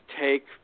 take